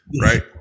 right